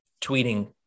tweeting